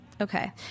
Okay